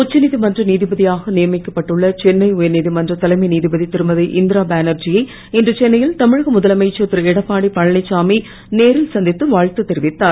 உச்ச நீதிமன்ற நீதிபதியாக நியமிக்கப்பட்டுள்ள சென்னை உயர் நீதிமன்ற தலைமை நீதிபதி திருமதிஇந்திரா பானர்ஜி யை இன்று சென்னையில் தமிழக முதலமைச்சர் திருஎடப்பாடியழனிச்சாமி நேரில் சந்தித்து வாழ்த்து தெரிவித்தார்